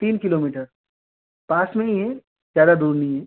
तीन किलोमीटर पास में ही है ज़्यादा दूर नहीं है